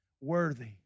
Worthy